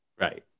Right